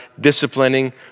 disciplining